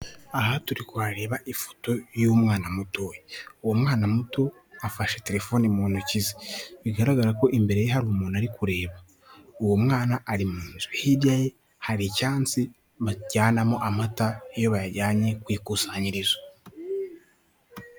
Aha turi kuhareba ifoto y'umwana mutoya uwo mwana muto afashe telefoni mu ntoki ze bigaragara ko imbere ye hari umuntu ari kureba, uwo mwana ari mu nzu hirya ye hari icyansi bajyanamo amata iyo bayajyanye ku ikusanyirizo.